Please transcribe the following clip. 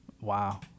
Wow